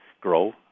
grow